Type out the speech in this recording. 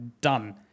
done